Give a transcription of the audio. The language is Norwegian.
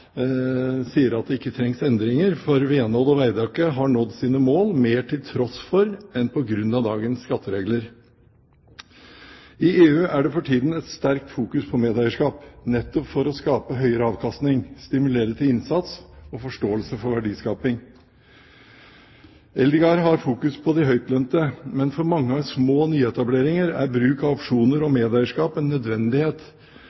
sier at det ikke trengs endringer, for Venold og Veidekke har nådd sine mål mer til tross for enn på grunn av dagens skatteregler. I EU er det for tiden et sterkt fokus på medeierskap, nettopp for å skape høyere avkastning, stimulere til innsats og forståelse for verdiskaping. Representanten Eldegard har fokus på de høytlønte, men for mange små nyetableringer er bruk av opsjoner og